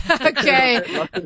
Okay